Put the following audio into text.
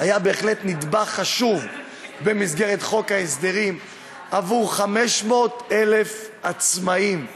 היה נדבך חשוב במסגרת חוק ההסדרים עבור 500,000 עצמאים שונים,